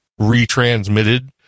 retransmitted